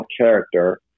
character